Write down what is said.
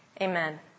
Amen